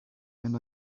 and